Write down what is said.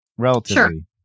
relatively